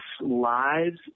lives